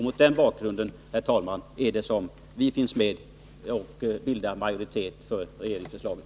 Mot den bakgrunden, herr talman, finns vi med och bildar majoritet för regeringsförslaget.